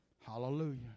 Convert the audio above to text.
Hallelujah